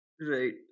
Right